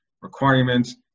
requirements